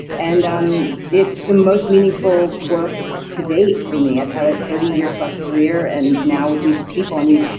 and um it's the most meaningful work to date for me. i've had a thirty year plus career, and now with weed the people, i mean,